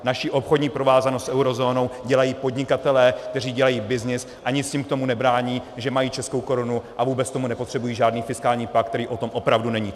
Naši obchodní provázanost s eurozónou dělají podnikatelé, kteří dělají byznys, a nic jim v tom nebrání, že mají českou korunu, a vůbec k tomu nepotřebují žádný fiskální pakt, který o tom opravdu není.